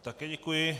Také děkuji.